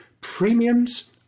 Premiums